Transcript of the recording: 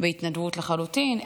בהתנדבות לחלוטין,